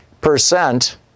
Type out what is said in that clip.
percent